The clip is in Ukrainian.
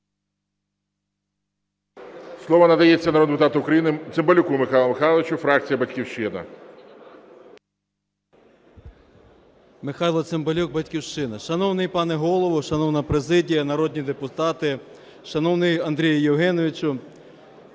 Слово надається народному депутату України Цимбалюку Михайлу Михайловичу, фракція "Батьківщина". 13:00:56 ЦИМБАЛЮК М.М. Михайло Цимбалюк, "Батьківщина". Шановний пане Голово, шановна президія, народні депутати, шановний Андрію Євгеновичу.